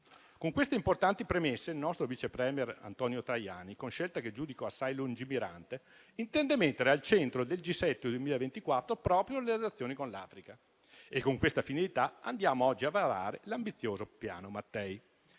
Con queste importanti premesse il nostro vice *premier* Antonio Tajani, con scelta che giudico assai lungimirante, intende mettere al centro del G7 del 2024 proprio le relazioni con l'Africa e con questa finalità andiamo oggi a varare l'ambizioso Piano Mattei.